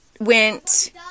went